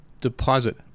deposit